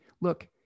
look